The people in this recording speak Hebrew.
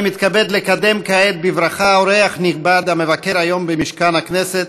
אני מתכבד לקדם כעת בברכה אורח נכבד המבקר היום במשכן הכנסת: